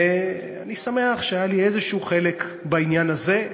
ואני שמח שהיה לי חלק כלשהו בעניין הזה.